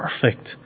perfect